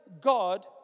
God